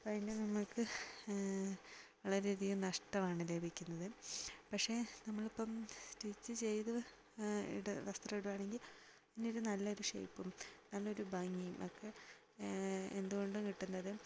അതിന് നമ്മൾക്ക് വളരെയധികം നഷ്ടമാണ് ലഭിക്കുന്നത് പക്ഷെ നമ്മളിപ്പം സ്റ്റിച്ച് ചെയ്ത് വസ്ത്രം ഇടുകയാണെങ്കിൽ ഇനിയൊരു നല്ലൊരു ഷേപ്പും നല്ലൊരു ഭംഗിയും ഒക്കെ എന്തുകൊണ്ടും കിട്ടുന്നത്